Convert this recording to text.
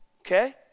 Okay